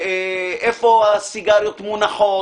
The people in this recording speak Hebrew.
איפה הסיגריות מונחות